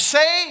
say